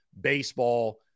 Baseball